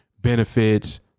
benefits